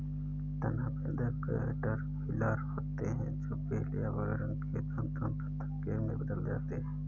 तना बेधक कैटरपिलर होते हैं जो पीले या भूरे रंग के पतंगे में बदल जाते हैं